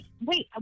wait